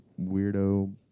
weirdo